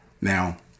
Now